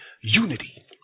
unity